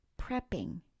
prepping